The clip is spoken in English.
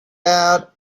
out